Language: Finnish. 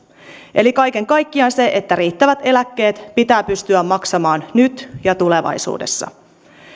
eli kaiken kaikkiaan se että riittävät eläkkeet pitää pystyä maksamaan nyt ja tulevaisuudessa